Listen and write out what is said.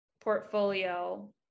portfolio